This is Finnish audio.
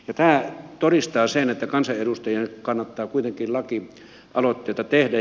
tämä todistaa sen että kansanedustajien kannattaa kuitenkin lakialoitteita tehdä